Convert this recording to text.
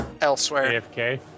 elsewhere